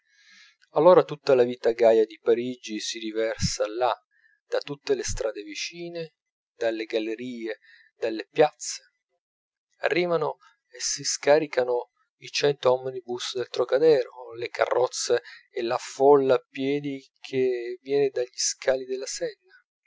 allora tutta la vita gaia di parigi si riversa là da tutte le strade vicine dalle gallerie dalle piazze arrivano e si scaricano i cento omnibus del trocadero le carrozze e la folla a piedi che viene dagli scali della senna